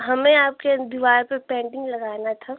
हमें आपके दीवार पर पेंटिंग लगाना था